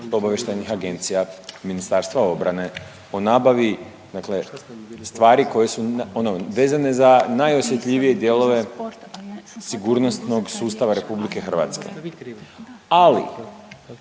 obavještajnih agencija, Ministarstva obrani, o nabavi stvari koje su ono vezane za najosjetljivije dijelove sigurnosnog sustava RH, ali, ali